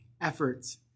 efforts